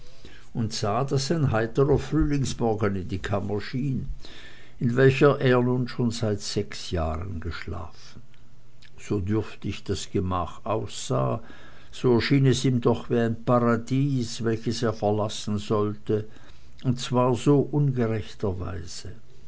und sah daß ein heiterer frühlingsmorgen in die kammer schien in welcher er nun schon seit sechs jahren geschlafen so dürftig das gemach aussah so erschien es ihm doch wie ein paradies welches er verlassen sollte und zwar so ungerechterweise